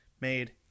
made